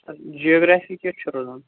سَر geography کیُتھ چھُ روٗدمُت